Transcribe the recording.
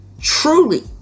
truly